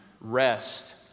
rest